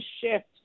shift